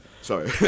Sorry